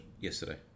yesterday